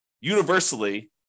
universally